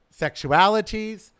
sexualities